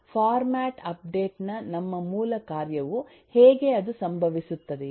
format update ನ ನಮ್ಮ ಮೂಲ ಕಾರ್ಯವು ಹೇಗೆ ಅದು ಸಂಭವಿಸುತ್ತದೆಯೇ